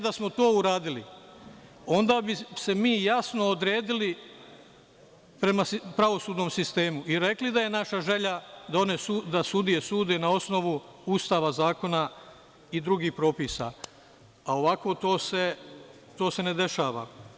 Da smo to uradili, onda bi se mi jasno odredili prema pravosudnom sistemu i rekli da je naša želja da sudije sude na osnovu Ustava, zakona i drugih propisa, a ovako se to ne dešava.